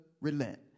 relent